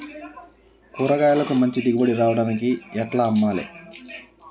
కూరగాయలకు మంచి దిగుబడి రావడానికి ఎట్ల అమ్మాలే?